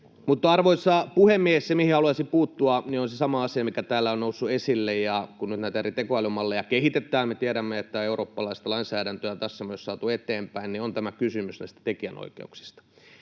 riittää. Arvoisa puhemies! Se, mihin haluaisin puuttua, on se sama asia, mikä täällä on noussut esille. Kun nyt näitä eri tekoälymalleja kehitetään, me tiedämme, että eurooppalaista lainsäädäntöä tässä on myös saatu eteenpäin, niin on tämä kysymys näistä tekijänoikeuksista